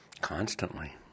Constantly